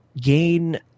gain